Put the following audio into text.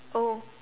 oh